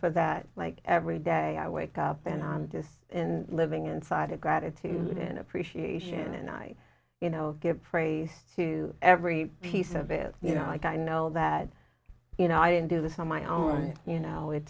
for that like every day i wake up and just in living inside a gratitude and appreciation and i you know give praise to every piece of it you know like i know that you know i didn't do this on my own you know it